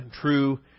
true